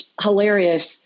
hilarious